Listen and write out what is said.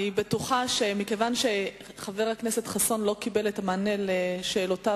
אני בטוחה שמכיוון שחבר הכנסת חסון לא קיבל את המענה על שאלותיו,